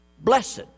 Blessed